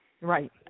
Right